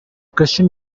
christian